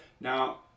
Now